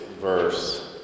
verse